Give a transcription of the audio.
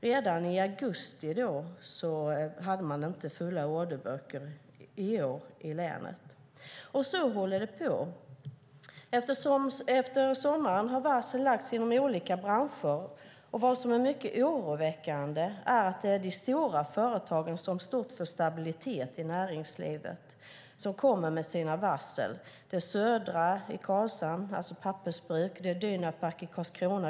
Redan i augusti i år hade man inte fulla orderböcker i länet. Så håller det på. Efter sommaren har varsel lagts inom olika branscher. Vad som är mycket oroväckande är att det är de stora företagen, som står för stabilitet i näringslivet, som kommer med sina varsel. Det är Södra i Karlshamn, alltså pappersbruket. Det är Dynapac i Karlskrona.